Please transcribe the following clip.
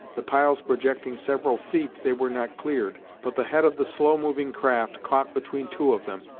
the piles projecting several feet, they were not cleared, but the head of the slow moving craft caught between two of them,